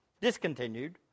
discontinued